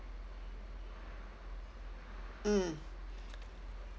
mm